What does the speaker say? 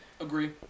Agree